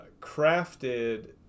crafted